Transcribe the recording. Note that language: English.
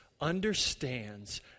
understands